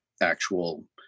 actual